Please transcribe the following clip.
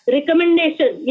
Recommendation